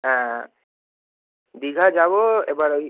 হ্যাঁ দীঘা যাব এবার ওই